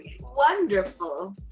Wonderful